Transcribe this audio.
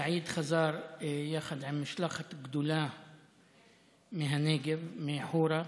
סעיד חזר יחד עם משלחת גדולה מהנגב, מחורה,